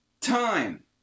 time